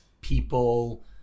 people